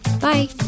Bye